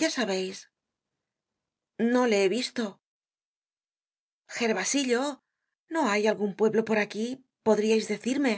ya sabeis no le he visto gervasillo no hay algun pueblo por aquí podriais decirme